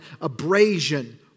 abrasion